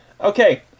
Okay